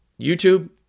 YouTube